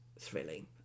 thrilling